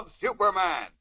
Superman